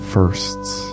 firsts